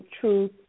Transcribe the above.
truth